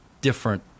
different